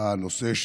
הנושא,